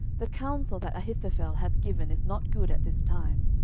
the counsel that ahithophel hath given is not good at this time.